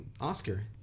Oscar